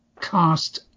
cast